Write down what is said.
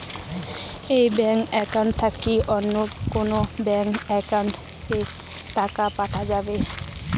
এই bank account থাকি কি অন্য কোনো ব্যাংক একাউন্ট এ কি টাকা পাঠা যাবে?